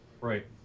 Right